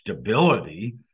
stability